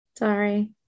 Sorry